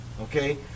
okay